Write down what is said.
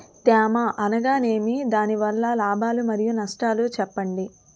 తేమ అనగానేమి? దాని వల్ల లాభాలు మరియు నష్టాలను చెప్పండి?